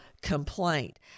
complaint